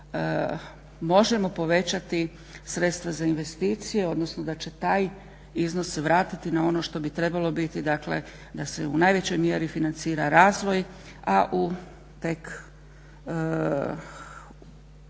možemo povećati sredstva za investicije odnosno da će se taj iznos vratiti na ono što bi trebalo biti dakle da se u najvećoj mjeri financira razvoj, a u tek